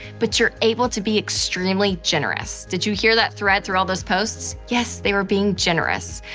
but you're able to be extremely generous. did you hear that thread through all those posts? yes, they were being generous,